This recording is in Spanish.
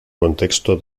contexto